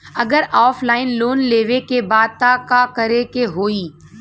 अगर offline loan लेवे के बा त का करे के होयी?